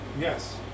Yes